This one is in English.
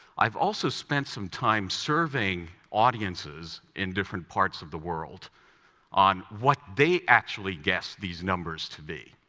i've also spent some time surveying audiences in different parts of the world on what they actually guess these numbers to be.